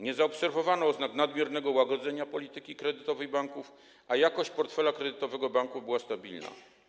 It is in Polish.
Nie zaobserwowano oznak nadmiernego łagodzenia polityki kredytowej banków, a jakość portfela kredytowego banków była stabilna.